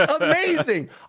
amazing